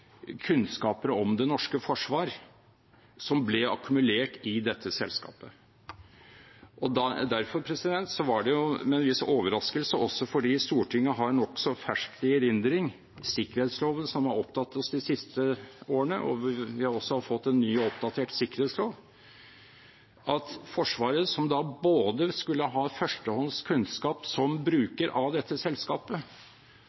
kunnskaper om det norske forsvar som ble akkumulert i dette selskapet. Derfor var det med en viss overraskelse – også fordi Stortinget har nokså ferskt i erindring sikkerhetsloven, som har opptatt oss de siste årene, og vi har også fått en ny, oppdatert sikkerhetslov – at forsvaret, som skulle ha førstehånds kunnskap som